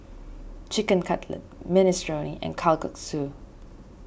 Chicken Cutlet Minestrone and Kalguksu